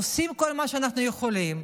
עושים כל מה שאנחנו יכולים,